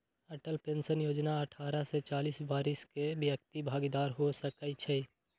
Atal pension जोजना अठारह से चालीस वरिस के व्यक्ति भागीदार हो सकइ छै